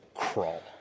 crawl